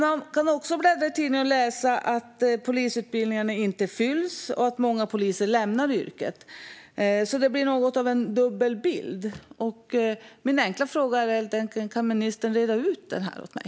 Man kan också bläddra i tidningarna och läsa att polisutbildningarna inte fylls och att många poliser lämnar yrket, så bilden är dubbel. Min enkla fråga är: Kan ministern reda ut detta åt mig?